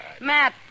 Matt